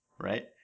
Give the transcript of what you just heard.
right